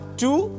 two